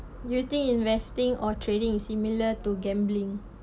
you think investing or trading is similar to gambling